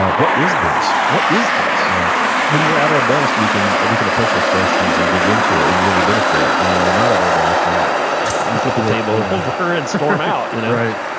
ah what is this? what is this? yeah when we're at our best, we can we can approach those questions and dig into it and really benefit, and when we're not at our best, we flip the label over and storm out you know right.